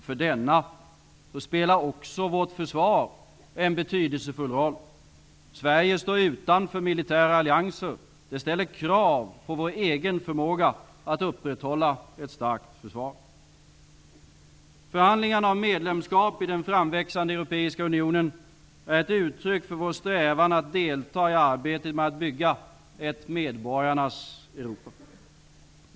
För denna spelar också vårt försvar en betydelsefull roll. Sverige står utanför militära allianser. Det ställer krav på vår egen förmåga att upprätthålla ett starkt försvar. Förhandlingarna om medlemskap i den framväxande europeiska unionen är ett uttryck för vår strävan att delta i arbetet med att bygga ett medborgarnas Europa.